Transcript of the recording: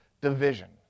division